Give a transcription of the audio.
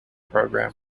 program